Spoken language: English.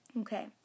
Okay